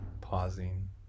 pausing